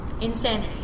insanity